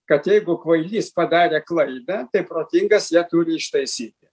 kad jeigu kvailys padarė klaidą tai protingas ją turi ištaisyti